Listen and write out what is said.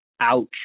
ouch